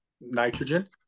nitrogen